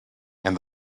and